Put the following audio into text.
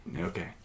Okay